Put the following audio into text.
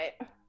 right